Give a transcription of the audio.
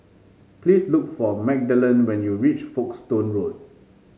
please look for Magdalen when you reach Folkestone Road